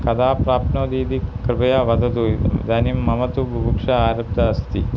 कदा प्राप्नोति इति कृपया वदतु इदानीं मम तु बुभुक्षा आरब्धा अस्ति